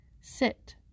Sit